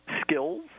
skills